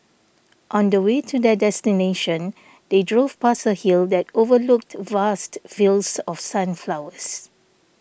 on the way to their destination they drove past a hill that overlooked vast fields of sunflowers